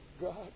God